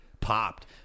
popped